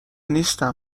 نیستم